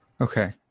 Okay